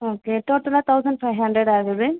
okay டோட்டலாக thousand five hundred ஆகுது